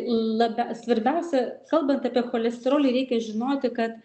labia svarbiausia kalbant apie cholesterolį reikia žinoti kad